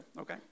okay